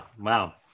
wow